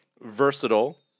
versatile